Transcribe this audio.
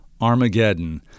Armageddon